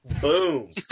boom